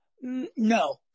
No